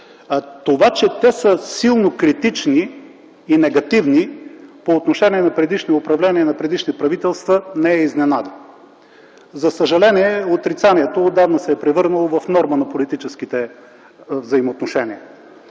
Това, че те са силно критични и негативни по отношение на предишни управления, на предишни правителства, не е изненада. За съжаление, отрицанието отдавна се е превърнало в норма на политическите взаимоотношения.